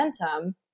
momentum